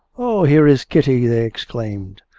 oh, here is kitty they exclaimed.